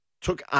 took